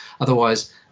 otherwise